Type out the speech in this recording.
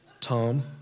Tom